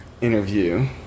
interview